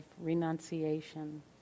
renunciation